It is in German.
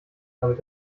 damit